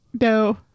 No